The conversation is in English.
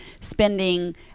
spending